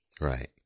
Right